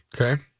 Okay